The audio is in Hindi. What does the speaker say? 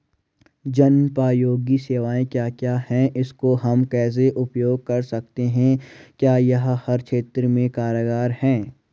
जनोपयोगी सेवाएं क्या क्या हैं इसको हम कैसे उपयोग कर सकते हैं क्या यह हर क्षेत्र में कारगर है?